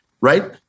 Right